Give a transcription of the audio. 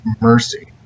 mercy